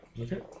Okay